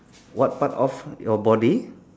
what part of your body